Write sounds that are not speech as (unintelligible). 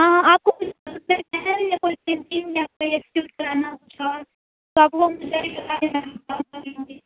ہاں آپ کو (unintelligible) کچھ اور (unintelligible)